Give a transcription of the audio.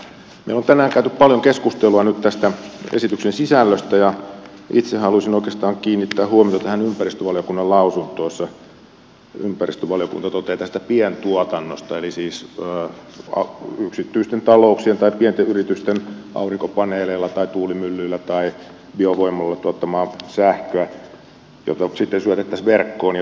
me olemme tänään käyneet paljon keskustelua nyt tästä esityksen sisällöstä ja itse haluaisin oikeastaan kiinnittää huomiota tähän ympäristövaliokunnan lausuntoon jossa ympäristövaliokunta toteaa tästä pientuotannosta eli siis yksityisten talouksien tai pienten yritysten aurinkopaneeleilla tai tuulimyllyillä tai biovoimalla tuottamasta sähköstä jota sitten syötettäisiin verkkoon